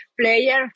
player